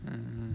mm